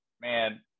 man